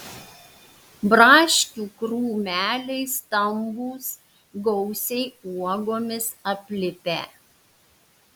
braškių krūmeliai stambūs gausiai uogomis aplipę